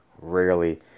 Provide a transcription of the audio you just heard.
rarely